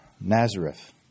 Nazareth